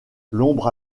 l’ombre